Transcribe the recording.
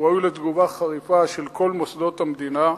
הוא ראוי לתגובה חריפה של כל מוסדות המדינה,